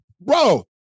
Bro